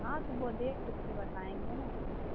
ہاں تو وہ دیکھ کے پھر بتائیں گے نا